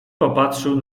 popatrzył